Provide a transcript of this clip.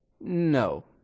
No